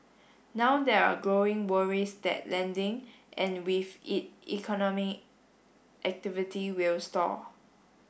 now there are growing worries that lending and with it economic activity will stall